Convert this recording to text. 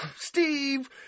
Steve